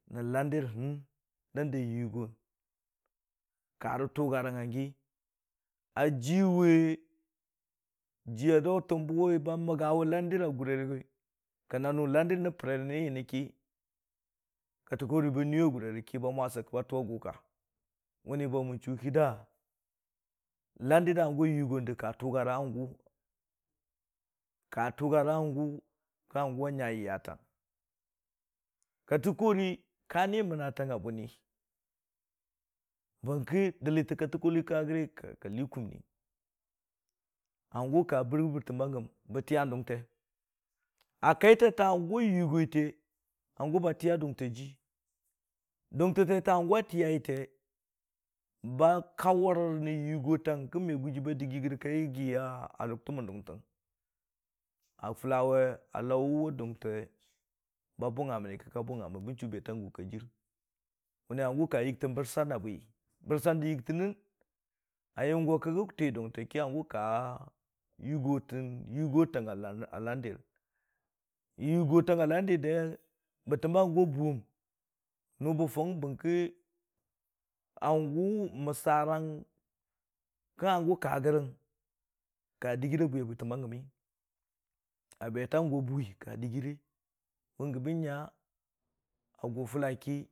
Dandə yʊgong ka rə tʊga rang hangi a juwe, jiiya daʊtən bə wʊ ba məga wʊ landər agʊ rerii, kən na nu lander, nən pərere nən nyəngki, kattəkori ba nʊiye a gʊrere ki ba mwa sək ki ba tʊwe a gʊ ka, mən bo mən chuu ki da lander də hangʊwa yugong də ka tʊgarə hangʊ kə hangʊ a nya jiiyatang kattəkori ka nii mənna tangnga bʊni bəngki dəlli tə kattəkori ka gəre ka lii kʊmni, hangʊ ka bʊʊrə bəttəm bangəm, bə tiiyan dʊngte, kaita hangʊ a yʊgoite hangʊ batiiya dʊngte a jii, dʊngtəttə hangʊ tiiyai te ba kawʊr rə yʊgotang nyəng kə me gʊji ba yiigi a lʊgtəmən dʊngtəng, a fʊla wʊ a laʊ wʊ dʊitə ba bʊngnga mənni ki, ka bʊngnga mən kə bari ka jir, mənni hangʊ ka yɨgtən bərsan abwi, bərsan də yɨgtənnin, a yəm go kə gə tii dʊngtə ki hangʊ ka, yʊgotən yɨgotang a landir, yʊgotang a landir de- bətəm bə hangʊ wa bʊʊmnʊ bə fʊng bərki hangʊ məsarang kə hangʊ ka gərəng ka dəggəra bwiya bətəm bangəmi, a betang gʊwa bʊʊwi ka dəggire bəngə bən nya nyəngkə kattəkori a yʊgo gərəng bən mya betanggʊ mwam agai.